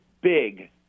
big